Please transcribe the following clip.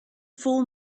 full